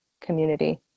community